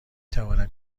توانم